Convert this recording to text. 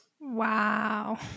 Wow